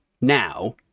now